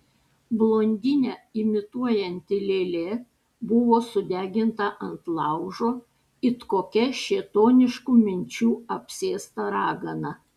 blondinę imituojanti lėlė buvo sudeginta ant laužo it kokia šėtoniškų minčių apsėsta ragana